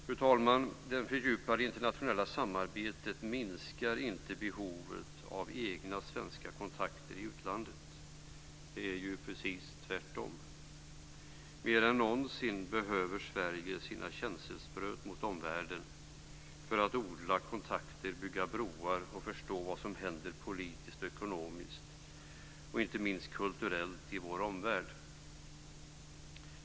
Fru talman! Det fördjupade internationella samarbetet minskar inte behovet av egna svenska kontakter i utlandet. Det är precis tvärtom. Mer än någonsin behöver Sverige sina känselspröt mot omvärlden för att odla kontakter, bygga broar och förstå vad som händer politiskt, ekonomiskt och inte minst kulturellt i vår omvärld.